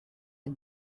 had